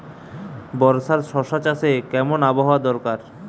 বর্ষার শশা চাষে কেমন আবহাওয়া দরকার?